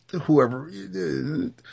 whoever